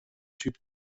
typ